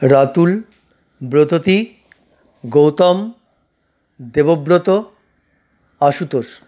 Ratul Bratati Gautam Debabrata Ashutosh